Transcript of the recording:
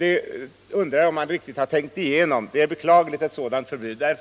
Jag undrar om man riktigt tänkt igenom att ett beslut enligt utskottets förslag skulle få den konsekvensen. Ett sådant beslut vore beklagligt.